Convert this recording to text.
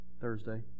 Thursday